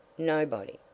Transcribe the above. nobody!